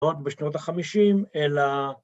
‫לא רק בשנות ה-50, אלא...